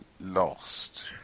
lost